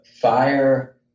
fire